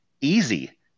easy